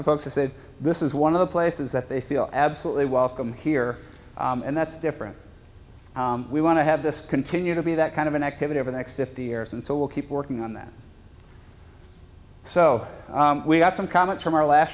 to folks who said this is one of the places that they feel absolutely welcome here and that's different we want to have this continue to be that kind of an activity over the next fifty years and so we'll keep working on that so we got some comments from our last